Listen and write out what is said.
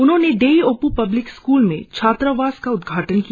उन्होंने देयी औप् पब्लिक स्कूल में छात्रावास का उदघाटन किया